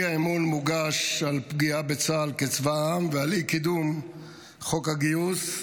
האי-אמון מוגש על פגיעה בצה"ל כצבא העם ועל אי-קידום חוק הגיוס.